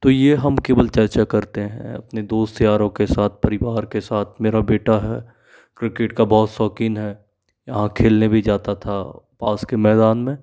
तो ये हम केवल चर्चा करते हैं अपने दोस्त यारों के साथ परिवार के साथ मेरा बेटा है क्रिकेट का बहुत शौक़ीन है यहाँ खेलने भी जाता था पास के मैदान में